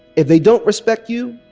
if they don't respect you,